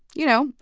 you know,